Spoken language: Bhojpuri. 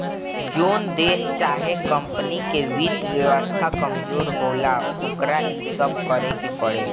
जोन देश चाहे कमपनी के वित्त व्यवस्था कमजोर होला, ओकरा इ सब करेके पड़ेला